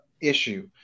issue